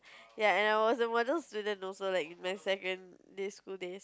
ya and I was the model student also like in my secondary school days